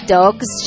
dogs